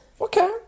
Okay